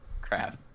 Crap